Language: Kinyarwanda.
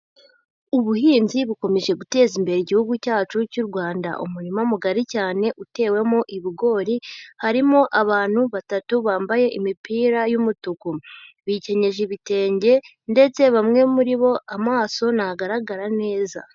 Ubuhinzi bukomeje guteza imbere igihugu cyacu cy'u Rwanda. Umurima mugari cyane utewemo ibigori, harimo abantu batatu bambaye imipira y'umutuku, bikenyeje ibitenge, ndetse bamwe muri bo amaso ntagaragara neza.